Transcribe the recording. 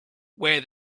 where